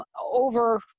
over